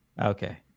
Okay